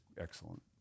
excellent